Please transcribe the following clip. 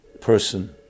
person